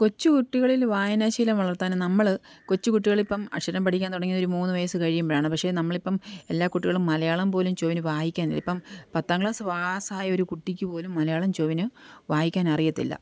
കൊച്ചുകുട്ടികളിൽ വായനാശീലം വളർത്താന് നമ്മള് കൊച്ചുകുട്ടികളിപ്പോള് അക്ഷരം പഠിക്കാൻ തുടങ്ങി ഒരു മൂന്നു വയസ്സ് കഴിയമ്പോഴാണ് പക്ഷെ നമ്മളിപ്പോള് എല്ലാ കുട്ടികളും മലയാളം പോലും ചൊവ്വുന് വായിക്കാനില്ല ഇപ്പോള് പത്താം ക്ലാസ് പാസ്സായ ഒരു കുട്ടിക്കുപോലും മലയാളം ചൊവ്വുന് വായിക്കാനറിയത്തില്ല